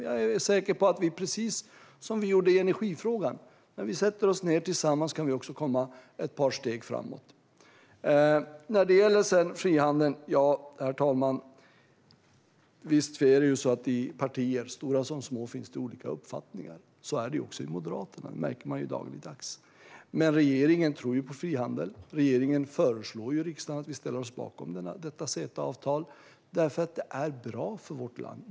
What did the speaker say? Jag är säker på att om vi precis som vi gjorde i energifrågan sätter oss ned tillsammans kan vi komma ett par steg framåt. Herr talman! När det gäller frihandeln finns det i stora som små partier olika uppfattningar. Så är det också i Moderaterna. Det märker man dagligdags. Regeringen tror på frihandel och föreslår riksdagen att vi ställer oss bakom detta CETA-avtal eftersom det är bra för vårt land.